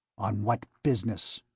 on what business?